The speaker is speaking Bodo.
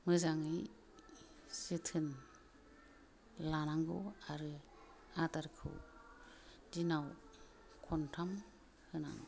मोजाङै जोथोन लानांगौ आरो आदारखौ दिनाव खन्थाम होनांगौ